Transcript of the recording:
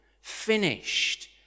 Finished